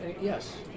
yes